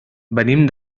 venim